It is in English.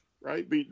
right